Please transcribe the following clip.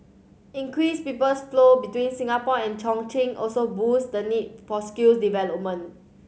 increased peoples flow between Singapore and Chongqing also boost the need for skills development